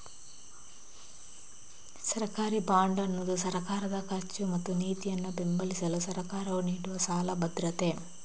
ಸರ್ಕಾರಿ ಬಾಂಡ್ ಅನ್ನುದು ಸರ್ಕಾರದ ಖರ್ಚು ಮತ್ತು ನೀತಿಯನ್ನ ಬೆಂಬಲಿಸಲು ಸರ್ಕಾರವು ನೀಡುವ ಸಾಲ ಭದ್ರತೆ